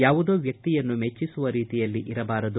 ಯಾವುದೋ ವ್ಯಕ್ತಿಯನ್ನು ಮೆಚ್ಚಿಸುವ ರೀತಿಯಲ್ಲಿ ಇರಬಾರದು